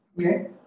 Okay